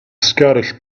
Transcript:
scottish